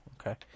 Okay